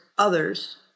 Others